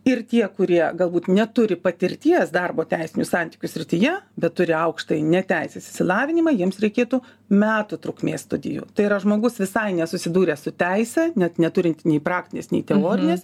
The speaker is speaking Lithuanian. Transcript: ir tie kurie galbūt neturi patirties darbo teisinių santykių srityje bet turi aukštąjį neteisės išsilavinimą jiems reikėtų metų trukmės studijų tai yra žmogus visai nesusidūręs su teise net neturinti nei praktinės nei teorinės